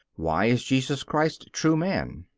why is jesus christ true man?